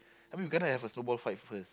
I mean we gonna have a snowball fight first